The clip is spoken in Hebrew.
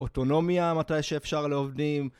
אוטונומיה, מתי שאפשר לעובדים.